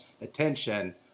attention